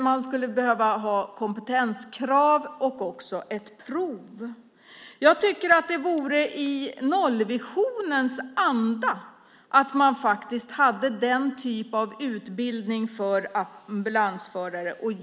Man skulle behöva ha kompetenskrav och ett prov. Jag tycker att det vore i nollvisionens anda att ha denna typ av utbildning för ambulansförare.